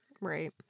Right